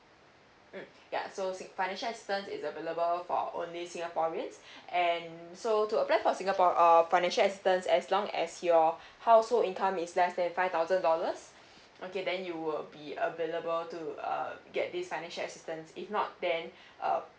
mm ya so sing~ financial assistance is available for only singaporeans and so to apply for singapore err financial assistance as long as your household income is less than five thousand dollars okay then you will be available to uh get this financial assistance if not then uh